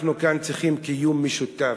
אנחנו כאן צריכים קיום משותף,